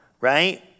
Right